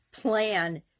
plan